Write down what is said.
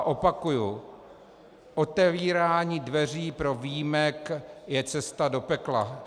Opakuji, že otevírání dveří pro výjimky je cesta do pekla.